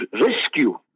rescue